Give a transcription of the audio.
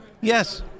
Yes